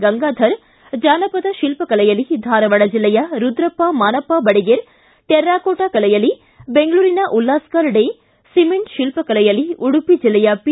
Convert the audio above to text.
ಗಂಗಾಧರ ಜಾನಪದ ಶಿಲ್ಪ ಕಲೆಯಲ್ಲಿ ಧಾರವಾಡ ಜಿಲ್ಲೆಯ ರುದ್ರಪ್ಪ ಮಾನಪ್ಪ ಬಡಿಗೇರ ಟೆರ್ರಾಕೋಟಾ ಕಲೆಯಲ್ಲಿ ಬೆಂಗಳೂರಿನ ಉಲ್ಲಾಸ್ತರ್ ಡೇ ಸಿಮೆಂಟ್ ಶಿಲ್ಪ ಕಲೆಯಲ್ಲಿ ಉಡುಪಿ ಜಿಲ್ಲೆಯ ಪಿ